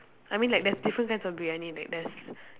I mean like there's different kinds of Briyani like there's